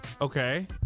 Okay